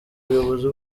ubuyobozi